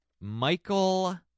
Michael